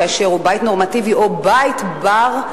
כאשר הוא בית נורמטיבי או בית בר-שיקום.